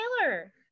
Taylor